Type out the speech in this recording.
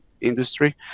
industry